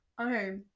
okay